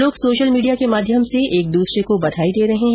लोग social media के माध्यम से एक दूसरे को बधाई दे रहे है